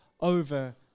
over